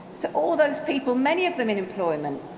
to all those people, many of them in employment,